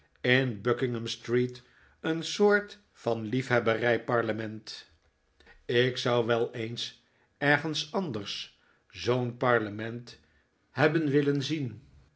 buckingham street een soort van liefhebberij parlement ik zou wel eens ergens anders zoo'n parlement hebben willen zien